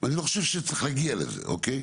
ואני לא חושב שצריך להגיע לזה, אוקיי?